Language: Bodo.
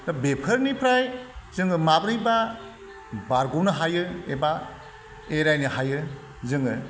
बेफोरनिफ्राय जोङो माबोरैबा बारग'नो हायो एबा एरायनो हायो जोङो